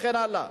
וכן הלאה.